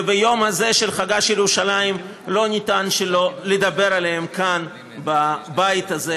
וביום הזה של חגה של ירושלים לא ניתן שלא לדבר עליהם כאן בבית הזה,